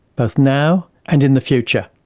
both now and in the future.